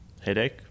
headache